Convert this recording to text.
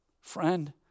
Friend